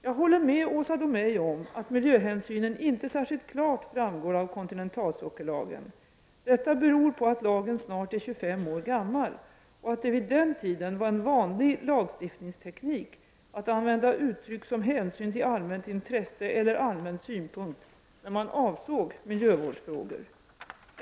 Jag håller med Åsa Domeij om att miljöhänsynen inte särskilt klart framgår av kontinentalsockellagen. Detta beror på att lagen snart är 25 år gammal och att det vid den tiden var en vanlig lagstiftningsteknik att använda uttryck som ”hänsyn till allmänt intresse” eller ”allmän synpunkt” när man avsåg miljövårdsfrågor.